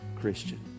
Christian